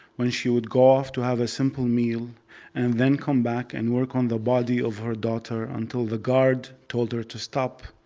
when she would go off to have a simple meal and then come back and work on the body of her daughter until the guard told her to stop,